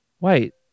Wait